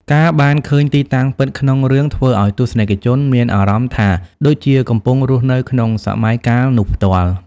ការបានឃើញទីតាំងពិតក្នុងរឿង ធ្វើឲ្យទស្សនិកជនមានអារម្មណ៍ថាដូចជាកំពុងរស់នៅក្នុងសម័យកាលនោះផ្ទាល់។